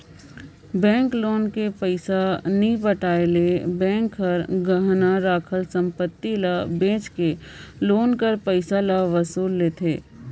bank loan के पइसा नी पटाए ले बेंक हर गहना राखल संपत्ति ल बेंच के लोन कर पइसा ल वसूल लेथे